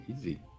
easy